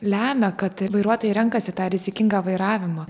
lemia kad vairuotojai renkasi tą rizikingą vairavimą